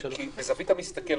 כי בזווית המסתכל,